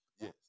Yes